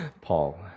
Paul